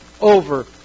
over